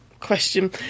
question